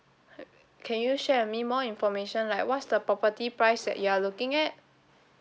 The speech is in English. can you share with me more information like what's the property price that you are looking at